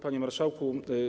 Panie Marszałku!